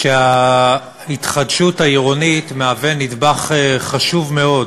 שההתחדשות העירונית היא נדבך חשוב מאוד